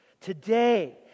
Today